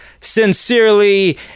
Sincerely